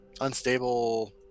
Unstable